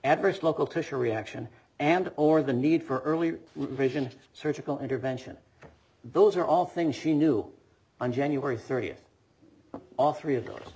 adverse local tissue reaction and or the need for early ration surgical intervention those are all things she knew on january thirtieth all three of th